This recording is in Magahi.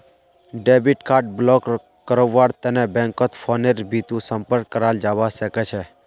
डेबिट कार्ड ब्लॉक करव्वार तने बैंकत फोनेर बितु संपर्क कराल जाबा सखछे